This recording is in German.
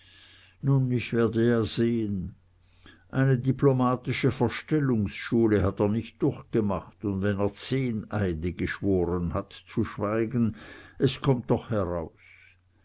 nun ich werde ja sehen eine diplomatische verstellungsschule hat er nicht durchgemacht und wenn er zehn eide geschworen hat zu schweigen es kommt doch heraus